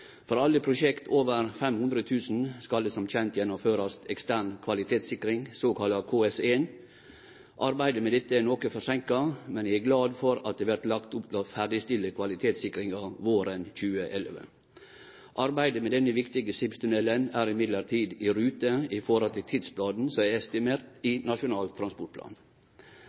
For alle prosjekt over 500 000 kr skal det som kjent gjennomførast ekstern kvalitetssikring, såkalla KS1. Arbeidet med dette er noko forseinka, men eg er glad for at det vert lagt opp til å ferdigstille kvalitetssikringa våren 2011. Arbeidet med denne viktige skipstunnelen er elles i rute i forhold til tidsplanen som er estimert i Nasjonal transportplan.